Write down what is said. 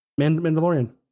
Mandalorian